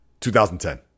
2010